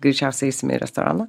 greičiausiai eisime į restoraną